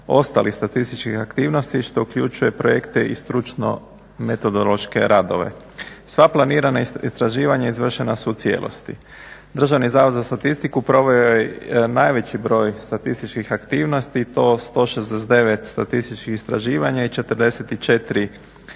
ostalih statističkih aktivnosti što uključuje projekte i stručno metodološke radove. Sva planirana istraživanja izvršena su u cijelosti. Državni zavod za statistiku proveo je najveći broj statističkih aktivnosti i to 169 statističkih istraživanja i 44 projektna